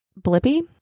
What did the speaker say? Blippi